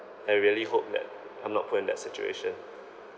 I really hope that I'm not put in that situation